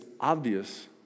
obvious